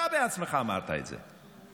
אתה בעצמך אמרת את זה.